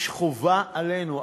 חובה עלינו,